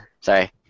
Sorry